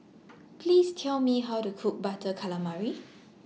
Please Tell Me How to Cook Butter Calamari